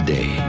Day